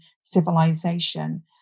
civilization